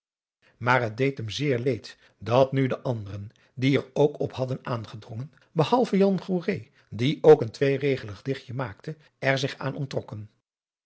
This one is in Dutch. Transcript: maar het deed hem zeer leed dat nu de anderen die er ook op hadden aangedrongen behalve jan goeree die ook een tweeregelig dichtje maakte er zich aan onttrokken